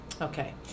okay